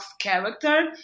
character